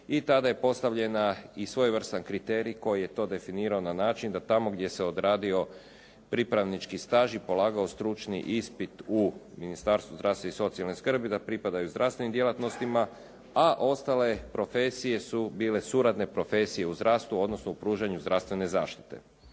i tada je postavljen i svojevrstan kriterij koji je to definirao na način da tamo gdje se odradio pripravnički staž i polagao stručni ispit u Ministarstvu zdravstva i socijalne skrbi, da pripadaju zdravstvenim djelatnostima, a ostale profesije su bile suradne profesije u zdravstvu, odnosno u pružanju zdravstvene zaštite.